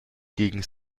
gegen